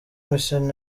mission